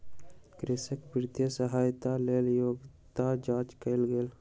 कृषक वित्तीय सहायताक लेल योग्यता जांच कयल गेल